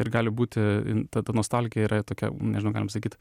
ir gali būti jin ta ta nostalgija yra tokia nežinau galim sakyt